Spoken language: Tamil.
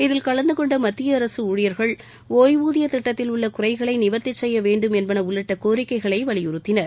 இதில் கலந்து கொண்ட மத்திய அரசு ஊழியர்கள் ஒய்வூதியத் திட்டத்தில் உள்ள குறைகளை நிவர்த்திச் செய்ய வேண்டும் என்பன உள்ளிட்ட கோரிக்கைகளை வலியுறுத்தினர்